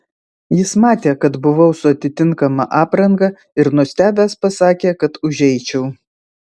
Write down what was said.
jis matė kad buvau su atitinkama apranga ir nustebęs pasakė kad užeičiau